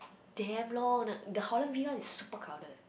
damn long the Holland-V one is super crowded